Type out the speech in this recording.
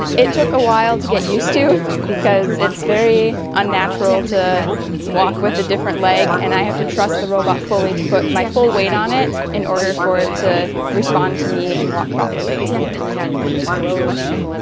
it took a while to get used to because it's very unnatural to walk with a different leg and i have to trust the robot fully to put my full weight on it in order for it to respond to me and walk properly. are you willing to have a go now?